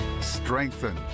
strengthen